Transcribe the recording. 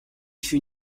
fut